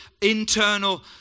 internal